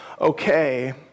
okay